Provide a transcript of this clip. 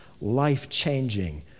life-changing